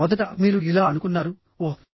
మొదట మీరు ఇలా అనుకున్నారు ఓహ్